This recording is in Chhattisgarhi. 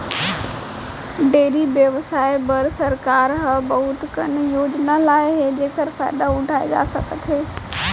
डेयरी बेवसाय बर सरकार ह बहुत कन योजना लाए हे जेकर फायदा उठाए जा सकत हे